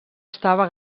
estava